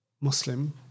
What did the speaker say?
Muslim